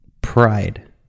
pride